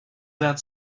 that